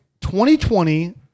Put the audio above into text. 2020